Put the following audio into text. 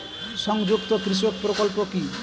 সংযুক্ত কৃষক প্রকল্প কি?